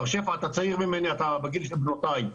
מר שפע, אתה צעיר ממני, אתה בגיל של בנותיי,